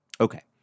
Okay